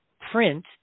print